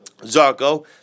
Zarko